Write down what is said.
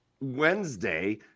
Wednesday